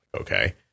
okay